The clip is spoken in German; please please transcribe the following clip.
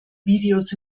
videos